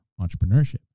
entrepreneurship